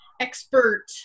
expert